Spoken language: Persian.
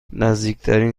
نزدیکترین